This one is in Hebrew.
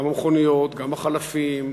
גם המכוניות, גם החלפים,